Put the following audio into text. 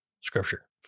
scripture